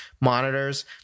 monitors